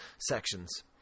sections